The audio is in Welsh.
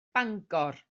bangor